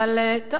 טוב,